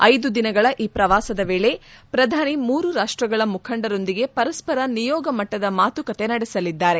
ಐದು ದಿನಗಳ ಈ ಪ್ರವಾಸದ ವೇಳೆ ಪ್ರಧಾನಿ ಮೂರು ರಾಷ್ಟಗಳ ಮುಖಂಡರೊಂದಿಗೆ ಪರಸ್ವರ ನಿಯೋಗ ಮಟ್ಟದ ಮಾತುಕತೆ ನಡೆಸಲಿದ್ದಾರೆ